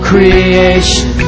creation